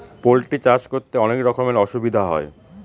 poultry চাষ করতে অনেক রকমের অসুবিধা হয়